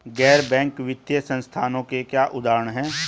गैर बैंक वित्तीय संस्थानों के उदाहरण क्या हैं?